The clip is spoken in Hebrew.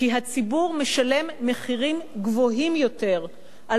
כי הציבור משלם מחירים גבוהים יותר על